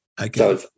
Okay